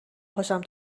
پاشم